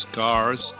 cars